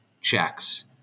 checks